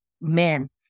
men